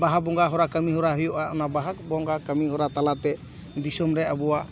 ᱵᱟᱦᱟ ᱵᱚᱸᱜᱟ ᱦᱚᱨᱟ ᱠᱟᱢᱤ ᱦᱚᱨᱟ ᱦᱩᱭᱩᱜᱼᱟ ᱚᱱᱟ ᱵᱟᱦᱟ ᱵᱚᱸᱜᱟ ᱠᱟᱢᱤ ᱦᱚᱨᱟ ᱛᱟᱞᱟᱛᱮ ᱫᱤᱥᱚᱢ ᱨᱮ ᱟᱵᱚᱣᱟᱜ